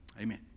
amen